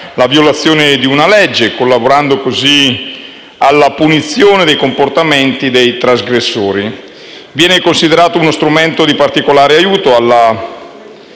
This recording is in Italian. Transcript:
la violazione di una legge, collaborando così alla punizione dei comportamenti dei trasgressori. Esso viene considerato uno strumento di particolare aiuto alla